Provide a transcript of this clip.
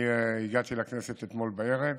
אני הגעתי לכנסת אתמול בערב,